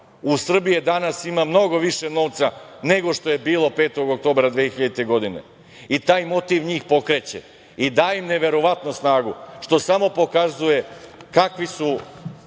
U Srbiji danas ima mnogo više novca nego što je bilo 5. oktobra 2000. godine i taj motiv njih pokreće i daje im neverovatnu snagu, što samo pokazuje kakvi su